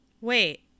Wait